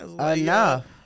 enough